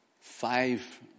five